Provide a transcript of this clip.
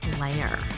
Layer